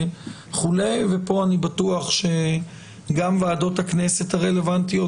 ופה אני בטוח שגם ועדות הכנסת הרלוונטיות,